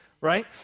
Right